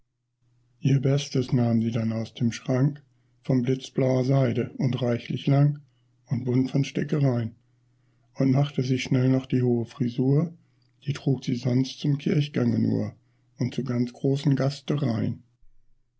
ihr bestes nahm sie dann aus dem schrank von blitzblauer seide und reichlich lang und bunt von stickerein und machte sich schnell noch die hohe frisur die trug sie sonst zum kirchgange nur und zu ganz großen